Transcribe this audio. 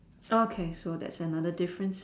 okay so that's another difference